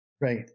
Right